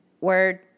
word